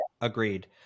agreed